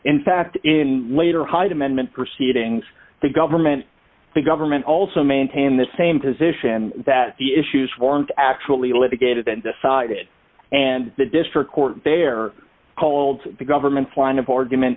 in fact in later hyde amendment proceedings the government the government also maintain the same position that the issues warrant actually litigated and decided and the district court there called the government flying of argument